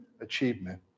achievement